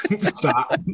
stop